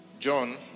John